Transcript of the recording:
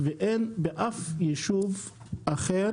ובאף יישוב אחר